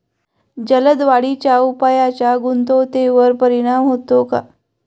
जलद वाढीच्या उपायाचा गुणवत्तेवर परिणाम होतो का?